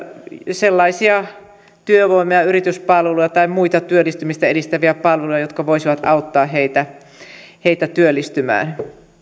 sellaisia julkisia työvoima ja yrityspalveluja tai muita työllistymistä edistäviä palveluja jotka voisivat auttaa heitä heitä työllistymään